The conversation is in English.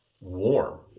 warm